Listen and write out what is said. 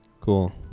cool